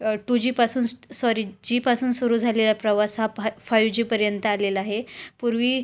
to जीपासून स sorry जीपासून सुरू झालेला प्रवास हा फा फायव जीपर्यंत आलेला आहे पूर्वी